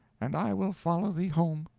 and i will follow thee home.